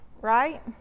right